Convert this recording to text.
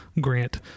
grant